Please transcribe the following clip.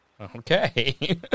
Okay